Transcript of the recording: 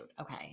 Okay